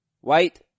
White